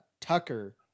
Tucker